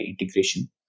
integration